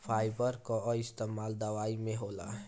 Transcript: fibre कअ इस्तेमाल दवाई में होला